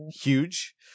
huge